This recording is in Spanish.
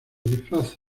disfraces